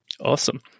Awesome